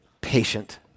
patient